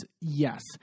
Yes